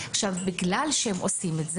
בגלל שהם עושים את זה,